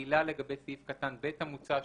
מילה לגבי סעיף קטן ב' המוצע,